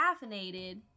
caffeinated